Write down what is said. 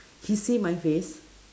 he say my face